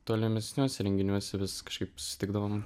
tolimesniuose renginiuose vis kažkaip susitikdavom